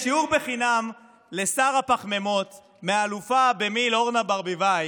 שיעור בחינם לשר הפחמימות מהאלופה במיל' אורנה ברביבאי.